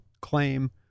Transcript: claim